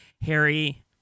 Harry